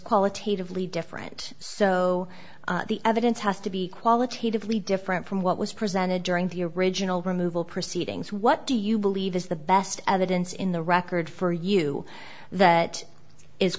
qualitatively different so the evidence has to be qualitatively different from what was presented during the original removal proceedings what do you believe is the best evidence in the record for you that is